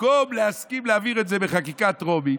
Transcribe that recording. במקום להסכים להעביר את זה בחקיקה טרומית